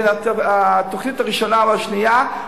התוכנית הראשונה או השנייה,